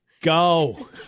go